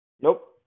Nope